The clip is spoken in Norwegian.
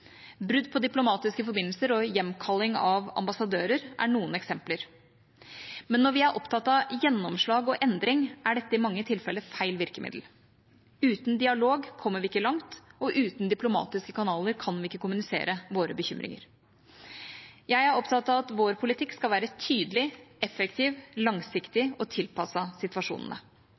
Brudd på diplomatiske forbindelser og hjemkalling av ambassadører er noen eksempler. Men når vi er opptatt av gjennomslag og endring, er dette i mange tilfeller feil virkemiddel. Uten dialog kommer vi ikke langt, og uten diplomatiske kanaler kan vi ikke kommunisere våre bekymringer. Jeg er opptatt av at vår politikk skal være tydelig, effektiv, langsiktig og tilpasset situasjonene.